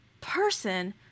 person